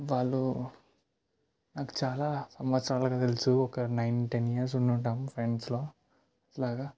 వాళ్ళు నాకు చాలా సంవత్సరాలుగా తెలుసు ఒక నైన్ టెన్ ఇయర్స్ ఉండి ఉంటాం ఫ్రెండ్స్లో అలాగా